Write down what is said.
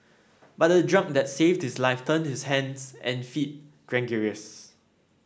but the drug that saved this life turned his hands and feet gangrenous